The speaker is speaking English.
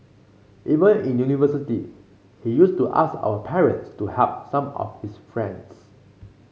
even in university he used to ask our parents to help some of his friends